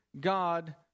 God